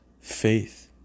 faith